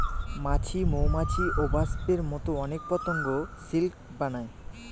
মাছি, মৌমাছি, ওবাস্পের মতো অনেক পতঙ্গ সিল্ক বানায়